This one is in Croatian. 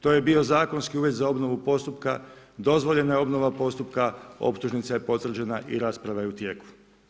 To je bio zakonski uvjet za obnovu postupka, dozvoljena je obnova postupka, optužnica je potvrđena i rasprava je u tijeku.